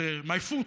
את my foot.